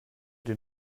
den